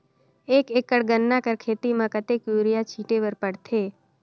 एक एकड़ गन्ना कर खेती म कतेक युरिया छिंटे बर पड़थे?